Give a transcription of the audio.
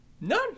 none